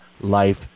life